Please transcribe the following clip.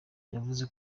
yavuze